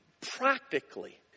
Practically